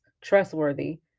trustworthy